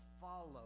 follow